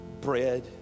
bread